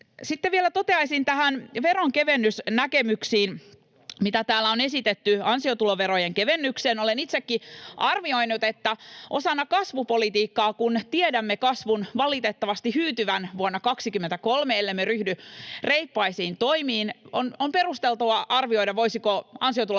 Sitten vielä toteaisin näihin veronkevennysnäkemyksiin, mitä täällä on esitetty ansiotuloverojen kevennykseen: Olen itsekin arvioinut, että osana kasvupolitiikkaa, kun tiedämme kasvun valitettavasti hyytyvän vuonna 23, ellemme ryhdy reippaisiin toimiin, on perusteltua arvioida, voisivatko ansiotuloverojen